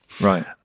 Right